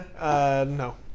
No